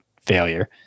failure